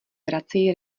vracejí